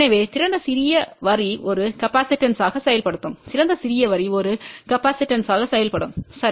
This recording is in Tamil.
எனவே திறந்த சிறிய வரி ஒரு காப்பாசிட்டன்ஸ்வாக capacitance செயல்படும் திறந்த சிறிய வரி ஒரு காப்பாசிட்டன்ஸ்வாக செயல்படும் சரி